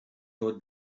your